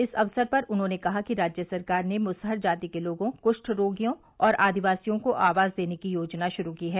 इस अवसर पर उन्होंने कहा कि राज्य सरकार ने मुसहर जाति के लोगों कुष्ट रोगियों और आदिवासियों को आवास देने की योजना शुरू की है